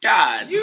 God